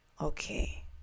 okay